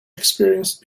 experienced